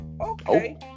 Okay